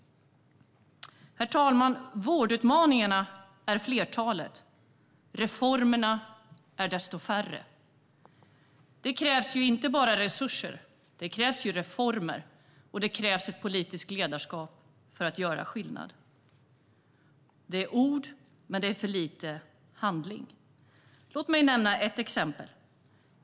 Herr talman! Vårdutmaningarna är flera, reformerna desto färre. Det krävs inte bara resurser, utan det krävs reformer och det krävs ett politiskt ledarskap för att göra skillnad. Det är ord, men det är för lite handling. Låt mig nämna ett exempel.